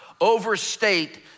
overstate